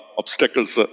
obstacles